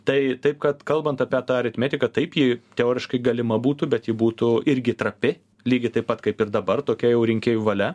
tai taip kad kalbant apie tą aritmetiką taip ji teoriškai galima būtų bet ji būtų irgi trapi lygiai taip pat kaip ir dabar tokia jau rinkėjų valia